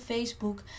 Facebook